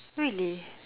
really